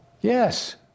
Yes